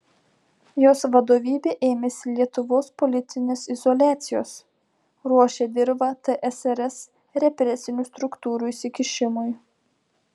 jos vadovybė ėmėsi lietuvos politinės izoliacijos ruošė dirvą tsrs represinių struktūrų įsikišimui